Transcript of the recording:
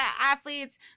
athletes